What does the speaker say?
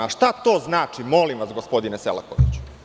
Šta to znači, molim vas gospodine Selakoviću?